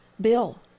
Bill